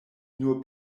nur